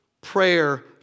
prayer